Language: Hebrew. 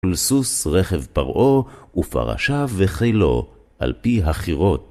ולסוס רכב פרעו ופרשיו וחילו, על פי החירות